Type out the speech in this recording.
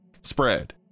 spread